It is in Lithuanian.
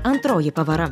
antroji pavara